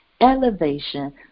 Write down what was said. elevation